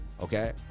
okay